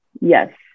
Yes